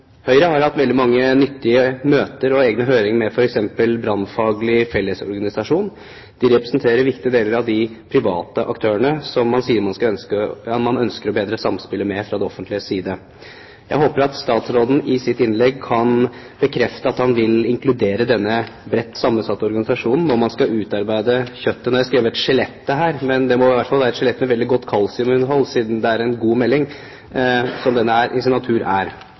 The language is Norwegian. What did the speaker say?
Høyre, problematisere enkelte forhold. Høyre har hatt veldig mange nyttige møter og egne høringer med f.eks. Brannfaglig Fellesorganisasjon. De representerer viktige deler av de private aktørene, som man fra det offentliges side sier at man ønsker å bedre samspillet med. Jeg håper at statsråden i sitt innlegg kan bekrefte at han vil inkludere denne bredt sammensatte organisasjonen når man skal utarbeide kjøttet på det skjelettet som en melding som denne i sin natur er. Det må i hvert fall være et skjelett med veldig godt kalsiuminnhold. Høyre ber Regjeringen spesielt om å merke seg denne organisasjonens påpekning av at tilsynsutøvelsen i